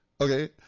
Okay